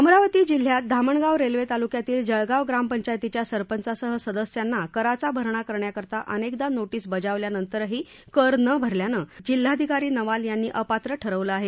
अमरावती जिल्ह्यात धामणगाव रेल्वे तालुक्यातील जळगाव ग्रामपंचायतीच्या सरपंचासह सदस्यांना कराचा भरणा करण्याकरता अनेकदा नोटीस बजावल्यानंतरही कर न भरल्यानं जिल्हाधिकारी नवाल यांनी अपात्र ठरवलं आहे